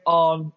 on